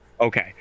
Okay